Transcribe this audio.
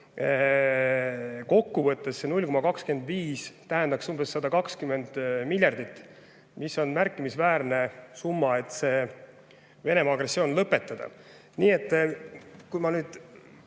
kokkuvõttes see 0,25% tähendaks umbes 120 miljardit. See on märkimisväärne summa, et Venemaa agressioon lõpetada. Nii et kui ma nüüd